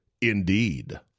Indeed